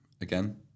again